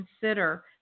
consider